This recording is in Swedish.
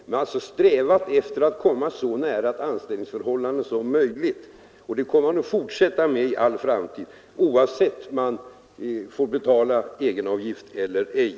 Man har alltså strävat efter att komma så nära ett anställningsförhållande som möjligt, vilket man kommer att fortsätta att göra i framtiden, oavsett om reglerna för egenavgiften ändras eller ej.